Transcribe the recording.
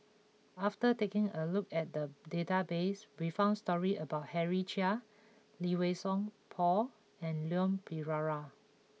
after taking a look at the database we found stories about Henry Chia Lee Wei Song Paul and Leon Perera